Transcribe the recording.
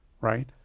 right